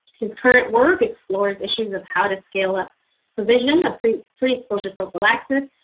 his current work explores issues of how to scale up provision of pre-exposure prophylaxis,